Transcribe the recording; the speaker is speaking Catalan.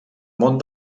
món